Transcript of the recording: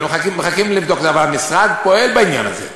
מחכים לבדוק, אבל המשרד פועל בעניין הזה.